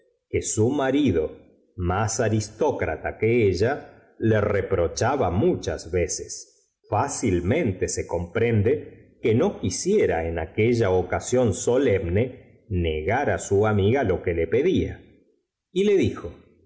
que su marido más aristócrata que ella le reprochaba muchas veces fácilmente secom prende que no quisiera en aquella ocasión solemne negar á su amiga lo que le pedfa y le dijo